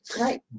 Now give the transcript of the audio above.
Right